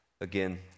Again